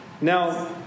Now